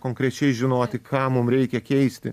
konkrečiai žinoti ką mum reikia keisti